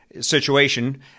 situation